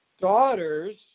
Daughters